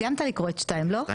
סיימת לקרוא את 2 לא?